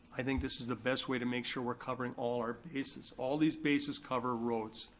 i think this is the best way to make sure we're covering all our bases. all these bases cover roads.